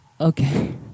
Okay